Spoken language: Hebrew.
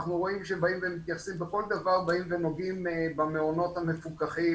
אנחנו רואים שבכל דבר באים ונוגעים במעונות המפוקחים,